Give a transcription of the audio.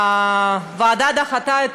הוועדה דחתה את